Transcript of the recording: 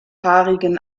haarigen